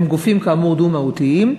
הם גופים כאמור דו-מהותיים,